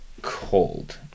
Cold